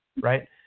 Right